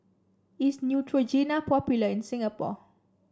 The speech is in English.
is Neutrogena popular in Singapore